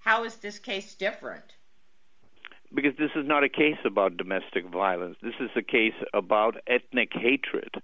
how is this case different because this is not a case about domestic violence this is a case about make a truth